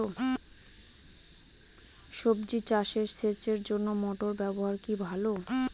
সবজি চাষে সেচের জন্য মোটর ব্যবহার কি ভালো?